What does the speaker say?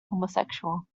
homosexual